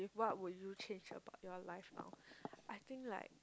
what would you change about your life now I think like